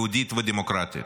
יהודית ודמוקרטית.